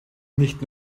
nicht